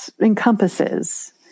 encompasses